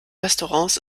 restaurants